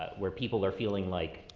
but where people are feeling like,